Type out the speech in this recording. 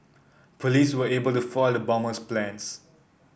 police were able to foil the bomber's plans